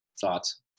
Thoughts